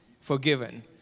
forgiven